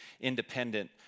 independent